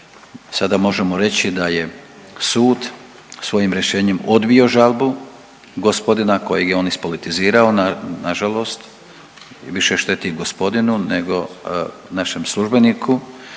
Sada možemo reći da je sud svojim rješenjem odbio žalbu gospodina kojeg je on ispolitizirao nažalost i više šteti gospodinu nego našem službeniku.